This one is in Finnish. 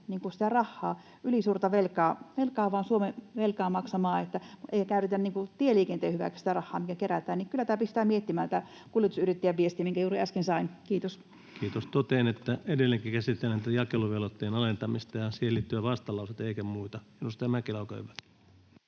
sitä rahaa maksamaan vain ylisuurta Suomen velkaa, niin että ei käytetä tieliikenteen hyväksi sitä rahaa, mitä kerätään. Kyllä pistää miettimään tämä kuljetusyrittäjän viesti, minkä juuri äsken sain. — Kiitos. Kiitos. — Totean, että edelleenkin käsitellään tätä jakeluvelvoitteen alentamista ja siihen liittyvää vastalausetta eikä muuta. — Edustaja Mäkelä, olkaa hyvä.